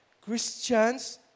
Christians